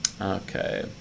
okay